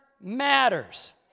matters